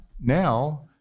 Now